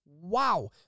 Wow